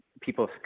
people